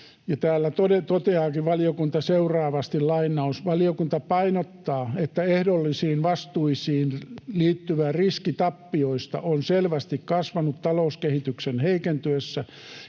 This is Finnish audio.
valiokunta seuraavasti: ”Valiokunta painottaa, että ehdollisiin vastuisiin liittyvä riski tappioista on selvästi kasvanut talouskehityksen heikentyessä